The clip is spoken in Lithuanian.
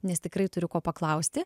nes tikrai turiu ko paklausti